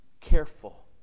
careful